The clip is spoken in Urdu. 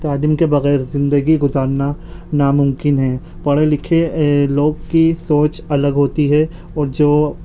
تعلیم کے بغیر زندگی گزارنا ناممکن ہے پڑھے لکھے لوگ کی سونچ الگ ہوتی ہے اور جو